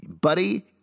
Buddy